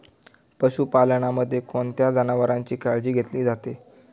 पशुपालनामध्ये कोणत्या जनावरांची काळजी घेतली जाते?